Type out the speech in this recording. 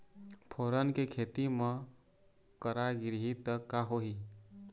फोरन के खेती म करा गिरही त का होही?